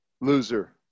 Loser